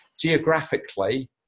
geographically